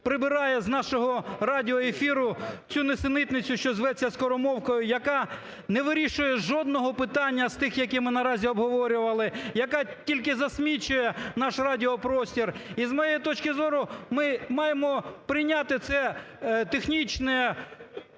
прибирає з нашого радіоефіру цю нісенітницю, що зветься "скоромовкою", яка не вирішує жодного питання з тих, які ми наразі обговорювали, яка тільки засмічує наш радіопростір. І, з моєї точки зору, ми маємо прийняти це технічне